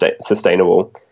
sustainable